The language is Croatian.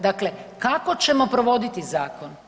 Dakle, kako ćemo provoditi zakon?